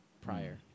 prior